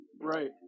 Right